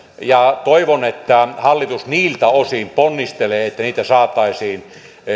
ja toivon että hallitus niiltä osin ponnistelee että niitä saataisiin